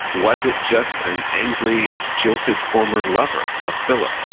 was it just an angry, jilted former lover of philip,